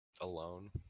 Alone